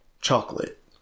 Chocolate